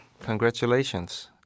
Congratulations